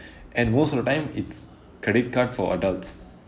and most of the time it's credit card for adults